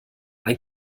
ein